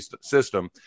system